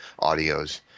audios